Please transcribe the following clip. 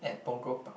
at Punggol Park